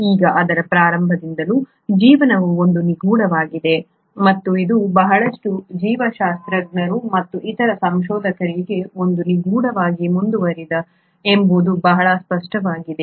ಈಗ ಅದರ ಪ್ರಾರಂಭದಿಂದಲೂ ಜೀವನವು ಒಂದು ನಿಗೂಢವಾಗಿದೆ ಮತ್ತು ಇದು ಬಹಳಷ್ಟು ಜೀವಶಾಸ್ತ್ರಜ್ಞರು ಮತ್ತು ಇತರ ಸಂಶೋಧಕರಿಗೆ ಒಂದು ನಿಗೂಢವಾಗಿ ಮುಂದುವರೆದಿದೆ ಎಂಬುದು ಬಹಳ ಸ್ಪಷ್ಟವಾಗಿದೆ